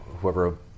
whoever